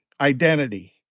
identity